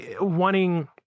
wanting